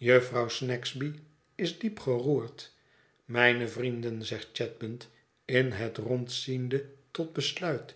jufvrouw snagsby is diep geroerd mijne vrienden zegt chadband in het rond ziende tot besluit